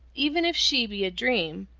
even if she be a dream,